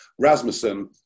Rasmussen